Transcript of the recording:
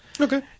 Okay